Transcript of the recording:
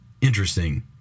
interesting